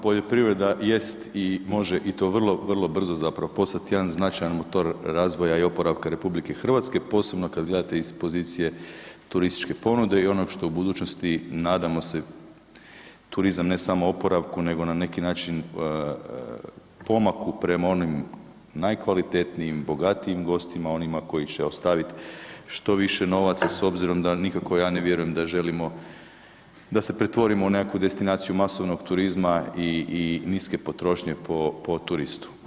Poljoprivreda jest i može i to vrlo, vrlo brzo zapravo postati jedan značajan motor razvoja i oporavka RH, posebno kad gledate iz pozicije turističke ponude i onoga što u budućnosti, nadamo se, turizam, ne samo oporavku nego na neki način pomaku prema onom najkvalitetnijim bogatijim gostima, onima koji će ostaviti što više novaca, s obzirom da nikako ja ne vjerujem da želimo da se pretvorimo u nekakvu destinaciju masovnog turizma i niske potrošnje po turistu.